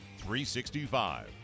365